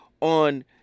on